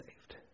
saved